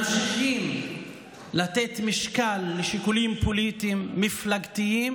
ממשיכים לתת משקל לשיקולים פוליטיים מפלגתיים